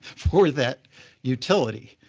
for that utility.